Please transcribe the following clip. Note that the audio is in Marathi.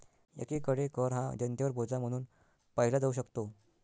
एकीकडे कर हा जनतेवर बोजा म्हणून पाहिला जाऊ शकतो